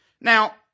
Now